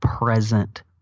present